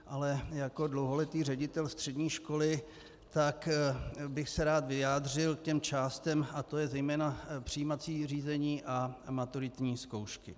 Ale jako dlouholetý ředitel střední školy bych se rád vyjádřil k těm částem, a to je zejména přijímací řízení a maturitní zkoušky.